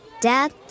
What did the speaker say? Dad